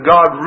God